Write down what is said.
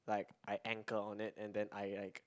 like I anchor on it and then I like